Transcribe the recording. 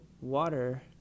water